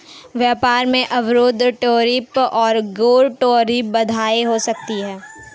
व्यापार में अवरोध टैरिफ और गैर टैरिफ बाधाएं हो सकती हैं